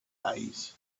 days